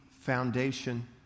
foundation